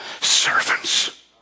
servants